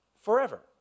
forever